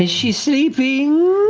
ah she sleeping?